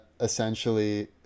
essentially